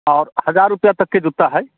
आओर हजार रुपआ तकके जूता हइ